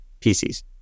PCs